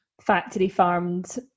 factory-farmed